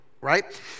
right